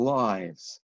lives